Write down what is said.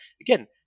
Again